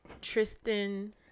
Tristan